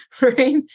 right